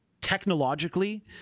technologically